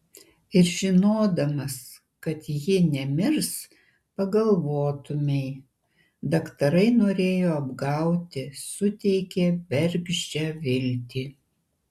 ir žinodamas kad ji nemirs pagalvotumei daktarai norėjo apgauti suteikė bergždžią viltį